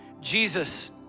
Jesus